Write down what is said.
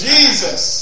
Jesus